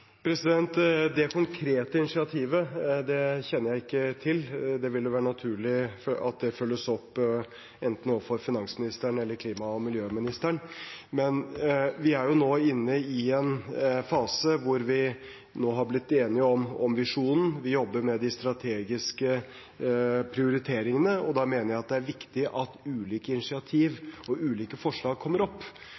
Det konkrete initiativet kjenner jeg ikke til. Det vil være naturlig at det følges opp enten overfor finansministeren eller klima- og miljøministeren. Men vi er jo nå inne i en fase hvor vi har blitt enige om visjonen, vi jobber med de strategiske prioriteringene, og da mener jeg det er viktig at ulike initiativ